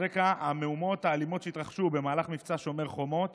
על רקע המהומות האלימות שהתרחשו במהלך מבצע שומר חומות